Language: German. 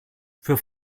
für